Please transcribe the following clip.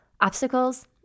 obstacles